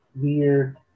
weird